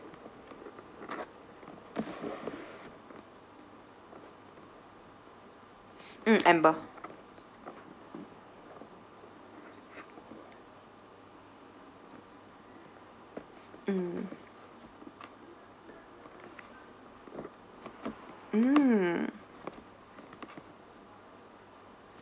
mm amber mm mm